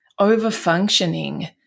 overfunctioning